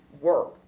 work